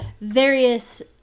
various